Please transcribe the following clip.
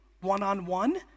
one-on-one